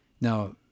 Now